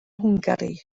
hwngari